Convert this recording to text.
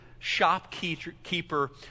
shopkeeper